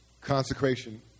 Consecration